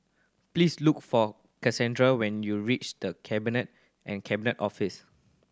please look for Casandra when you reach The Cabinet and Cabinet Office